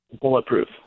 bulletproof